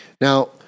Now